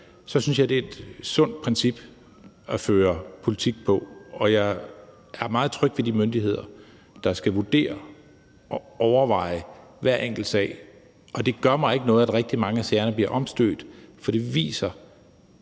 Det synes jeg er et sundt princip at føre politik på. Og jeg er meget tryg ved de myndigheder, der skal vurdere og overveje hver enkelt sag, og det gør mig ikke noget, at rigtig mange af sagerne bliver omstødt, for det viser,